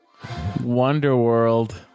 Wonderworld